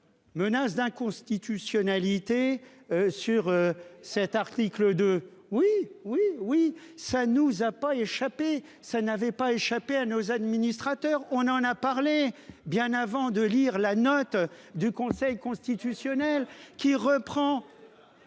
Menace d'inconstitutionnalité. Sur cet article de oui oui oui ça nous a pas échappé. Ça n'avait pas échappé à nos administrateurs, on en a parlé bien avant de lire la note du Conseil constitutionnel qui reprend.